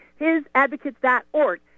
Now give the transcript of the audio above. Hisadvocates.org